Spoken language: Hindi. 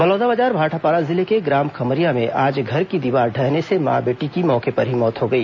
बलौदाबाजार भाटापारा जिले के ग्राम खम्हरिया में आज घर की दीवार ढहने से मां बेटी की मौके पर ही मौत हो गई